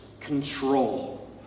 control